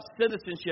citizenship